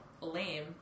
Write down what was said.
lame